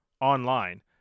Online